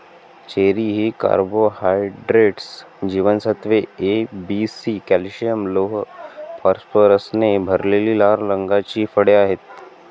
cherry ही carbohydrates, जीवनसत्त्वे A, B, C, calcium, लोह, फॉस्फरसने भरलेली लाल रंगाची फळे आहेत